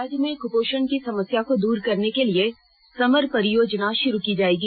राज्य में कुपोषण की समस्या को दूर करने के लिए समर परियोजना शुरू की जायेगी